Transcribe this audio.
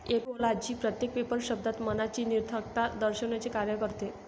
ऍपिओलॉजी प्रत्येक पेपर शब्दात मनाची निरर्थकता दर्शविण्याचे कार्य करते